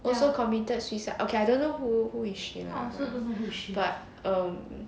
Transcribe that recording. also committed suicide okay I don't know who who is she lah but um